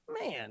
man